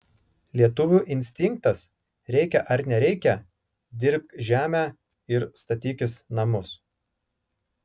lietuvių instinktas reikia ar nereikia dirbk žemę ir statykis namus